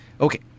Okay